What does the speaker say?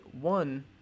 One